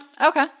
Okay